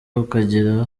ukagira